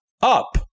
up